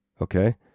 Okay